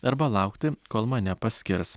arba laukti kol mane paskirs